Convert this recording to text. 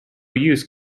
use